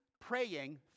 praying